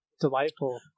delightful